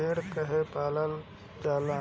भेड़ काहे पालल जाला?